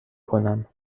کنم